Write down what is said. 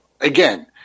Again